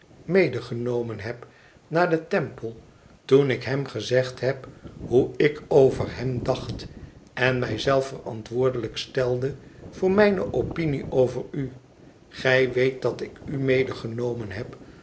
medegenomen heb naar den temple toen ik hem gezegd heb hoe ik over hem dacht en mij zelf verantwoordelijk stelde voor mijne opinie over u gij weet dat ik u medegenomen heb